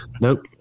Nope